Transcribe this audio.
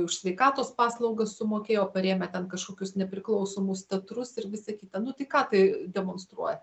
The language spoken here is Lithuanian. už sveikatos paslaugas sumokėjo parėmė ten kažkokius nepriklausomus teatrus ir visa kita nu tai ką tai demonstruoja